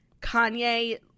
Kanye